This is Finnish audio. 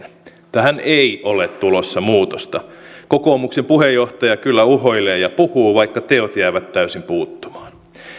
tähän ei ole tulossa muutosta kokoomuksen puheenjohtaja kyllä uhoilee ja puhuu vaikka teot jäävät täysin puuttumaan